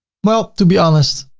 well, to be honest,